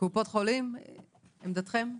קופות החולים, עמדתכם.